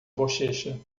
bochecha